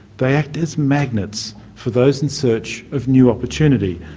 they act as magnets for those in search of new opportunity,